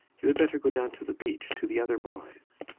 you had better go down to the beach to the other boys.